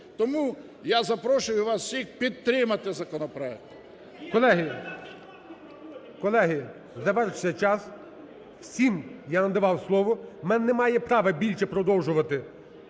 Тому я запрошую вас усіх підтримати законопроект. ГОЛОВУЮЧИЙ. Колеги… колеги, завершили час. Всім я надавав слово. У мене немає права більше продовжувати